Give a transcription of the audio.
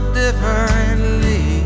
differently